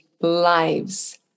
lives